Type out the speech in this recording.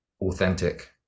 authentic